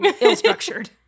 ill-structured